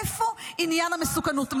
איפה עניין המסוכנות?